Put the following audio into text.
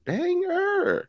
Banger